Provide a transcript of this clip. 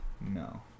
No